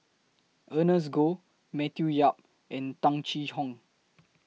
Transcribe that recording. Ernest Goh Matthew Yap and Tung Chye Hong